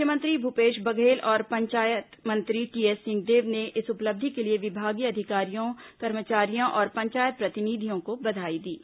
मुख्यमंत्री भूपेश बघेल और पंचायत मंत्री टीएस सिंहदेव ने इस उपलब्धि के लिए विभागीय अधिकारियों कर्मचारियों और पंचायत प्रतिनिधियों को बधाई दी है